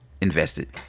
invested